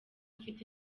ufite